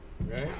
Right